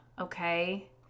Okay